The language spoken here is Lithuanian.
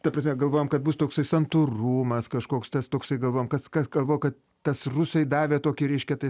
ta prasme galvojom kad bus toksai santūrumas kažkoks tas toksai galvojom kas kas galvojo kad tas rusai davė tokį reiškia tai